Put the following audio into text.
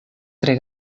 tre